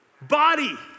body